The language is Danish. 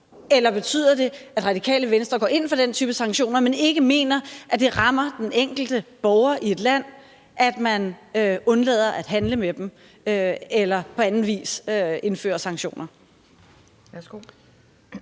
Eller betyder det, at Radikale Venstre går ind for den type sanktioner, men ikke mener, at det rammer den enkelte borger i et land, at man undlader at handle med landet eller på anden vis indfører sanktioner?